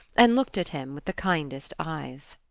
and looked at him with the kindest eyes.